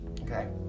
Okay